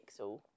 pixel